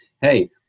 hey